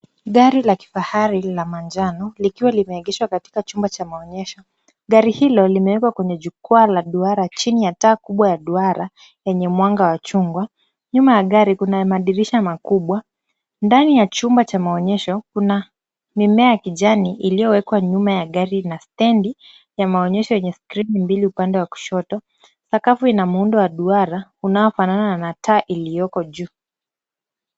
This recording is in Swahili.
Gari la kifahari la manjano likiwa limeegeshwa katika chumba cha maonyesho. Gari hilo limewekwa kwenye jukwaa la duara chini ya taa kubwa ya duara yenye mwanga wa chungwa. Nyuma ya gari kuna madirisha makubwa. Ndani ya chumba cha maonyesho kuna mimea ya kijani iliyowekwa nyuma ya gari na stendi ya maonyesho yenye skirini mbili upande wa kushoto. Sakafu ina muundo wa duara unaofanana na taa iliyoko juu.